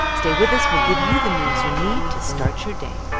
stay with us. we'll give you the news you need to start your day